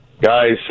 Guys